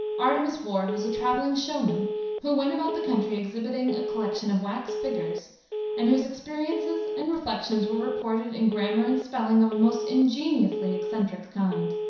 artemus ward was a traveling showman who went about the country exhibiting a collection of wax figgers and whose experiences and reflections were reported in grammar and spelling of a most ingeniously eccentric kind.